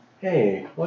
Hey